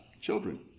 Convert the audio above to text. children